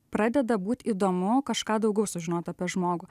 pradeda būt įdomu kažką daugiau sužinot apie žmogų